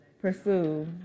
pursue